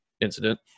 incident